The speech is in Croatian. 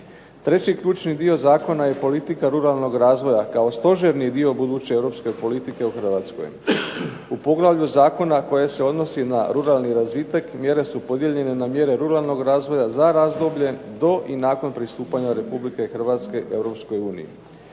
Treći ključni dio Zakona je politika ruralnog razvoja kao stožerni dio buduće Europske politike u Hrvatskoj. U poglavlju Zakona koje se odnosi na ruralni razvitak, mjere su podijeljene na mjere ruralnog razvoja za razdoblje do i nakon pristupanja Republike Hrvatske